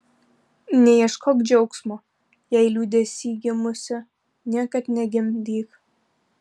neieškok džiaugsmo jei liūdesy gimusi niekad negimdyk